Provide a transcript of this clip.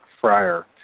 friar